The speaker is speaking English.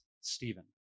Stephen